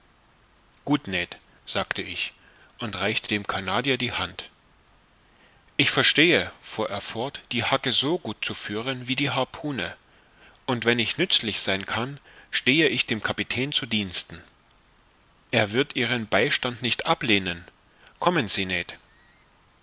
gut ned sagte ich und reichte dem canadier die hand ich verstehe fuhr er fort die hacke so gut zu führen wie die harpune und wenn ich nützlich sein kann stehe ich dem kapitän zu diensten er wird ihren beistand nicht ablehnen kommen sie